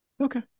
Okay